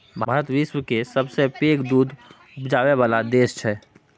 भारत विश्व केर सबसँ पैघ दुध उपजाबै बला देश छै